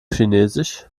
chinesisch